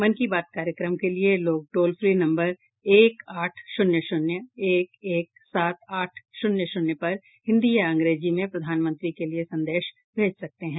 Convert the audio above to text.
मन की बात कार्यक्रम के लिए लोग टोल फ्री नम्बर एक आठ शून्य शून्य एक एक सात आठ शून्य शून्य पर हिन्दी या अंग्रेजी में प्रधानमंत्री के लिए संदेश भेज सकते हैं